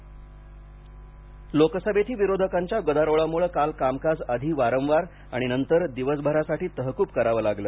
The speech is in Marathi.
लोकसभा लोकसभेतही विरोधकांच्या गदारोळामुळे काल कामकाज आधी वारंवार आणि नंतर दिवसभरासाठी तहकूब करावं लागलं